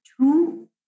two